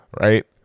right